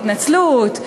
התנצלות,